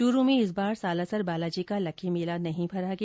चूरू में इस बार सालासर बालाजी का लक्खी मेला नहीं भरा गया